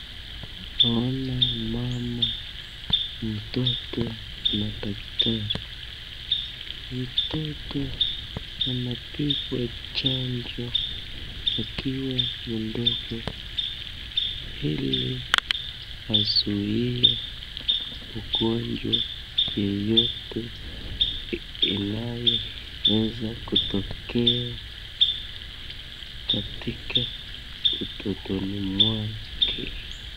Naona mama, mtoto na daktari. Mtoto anadungwa chanjo akiwa mdogo ili azuie ugonjwa yeyote inayoweza kutokea katika utotoni mwake.